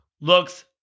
looks